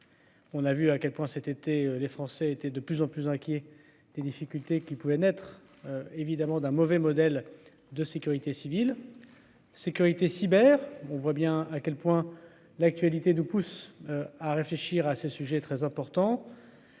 On a vu à quel point cet été, les Français étaient de plus en plus inquiets des difficultés qui pouvaient naître évidemment d'un mauvais modèle de sécurité civile sécurité Cyber, on voit bien à quel point l'actualité nous pousse à réfléchir à ces sujets très importants,